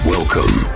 Welcome